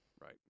Right